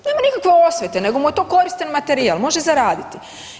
Nema nikakve osvete, nego mu je to koristan materijal može zaraditi.